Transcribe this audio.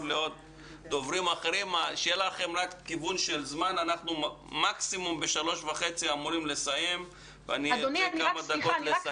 אנחנו אמורים לסיים מקסימום ב-15:30 ואני רוצה כמה דקות לסכם.